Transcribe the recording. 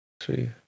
Three